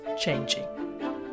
changing